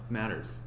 matters